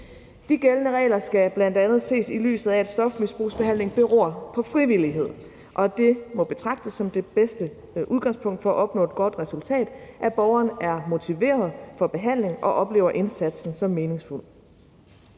De gældende regler skal bl.a. ses, i lyset af at stofmisbrugsbehandling beror på frivillighed, og at det må betragtes som det bedste udgangspunkt for at opnå et godt resultat, at borgeren er motiveret for behandling og oplever indsatsen som meningsfuld.